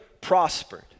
prospered